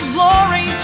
Glory